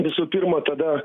visų pirma tada